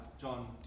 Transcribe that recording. John